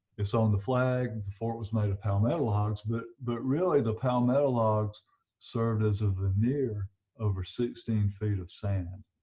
it's on the flag the fort was made of palmetto logs but but really the palmetto logs served as a veneer over sixteen feet of sand